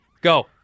Go